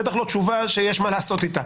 בטח לא תשובה שיש מה לעשות איתה.